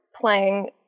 playing